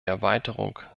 erweiterung